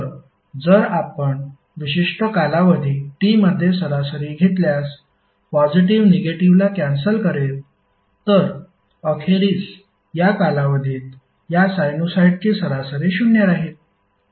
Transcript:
तर जर आपण विशिष्ट कालावधी T मध्ये सरासरी घेतल्यास पॉझिटिव्ह निगेटिव्हला कॅन्सल करेल तर अखेरीस या कालावधीत या साइनुसॉईडची सरासरी शून्य राहील